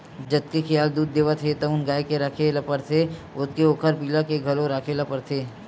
जतके खियाल दूद देवत हे तउन गाय के राखे ल परथे ओतके ओखर पिला के घलो राखे ल परथे